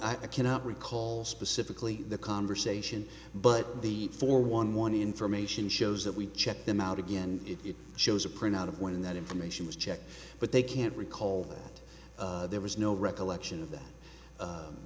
i cannot recall specifically the conversation but the four one one information shows that we checked them out again it shows a printout of when that information was checked but they can't recall there was no recollection of that